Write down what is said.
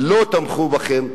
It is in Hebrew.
לא תמכו בכם.